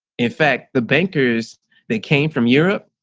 in fact, the bankers that came from europe,